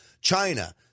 China